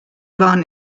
waren